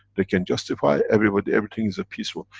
they can justify everybody, everything is peaceful.